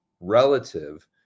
relative